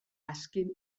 azken